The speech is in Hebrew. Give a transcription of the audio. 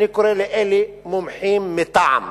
אני קורא לאלה מומחים מטעם.